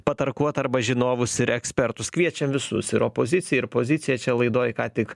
patarkuot arba žinovus ir ekspertus kviečiam visus ir opoziciją ir poziciją čia laidoj ką tik